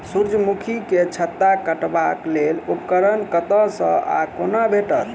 सूर्यमुखी केँ छत्ता काटबाक लेल उपकरण कतह सऽ आ कोना भेटत?